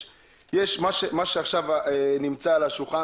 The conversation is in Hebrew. מה שעכשיו נמצא על השולחן,